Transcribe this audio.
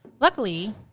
Luckily